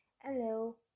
Hello